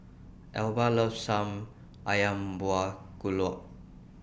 Elba loves Some Ayam Buah